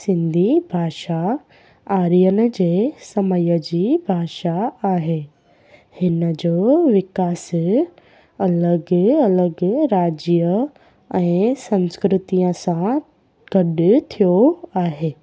सिंधी भाषा आर्यन जे समय जी भाषा आहे हिन जो विकासु अलॻि अलॻि राज्य ऐं संस्कृतिअ सां गॾु थियो आहे